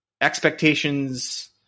expectations